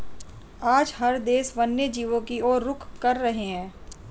आज हर देश वन्य जीवों की और रुख कर रहे हैं